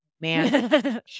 Man